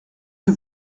que